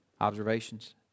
observations